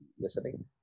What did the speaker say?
listening